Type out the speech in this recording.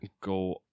go